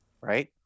right